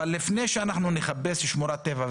אבל לפני שאנחנו נחפש שמורת טבע,